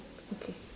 okay